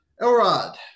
Elrod